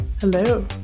Hello